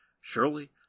Surely